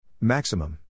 Maximum